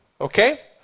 okay